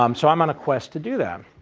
um so i'm on a quest to do that.